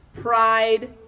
pride